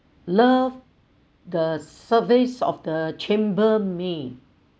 love the services of the chambermaid